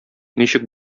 ничек